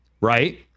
right